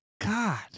God